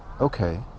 Okay